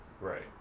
Right